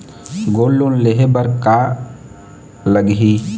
Gold loan लेहे बर का लगही?